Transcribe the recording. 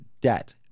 debt